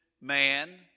man